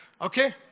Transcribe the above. Okay